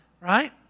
right